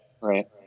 right